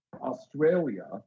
Australia